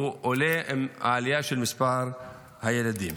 עולה עם העלייה של מספר הילדים.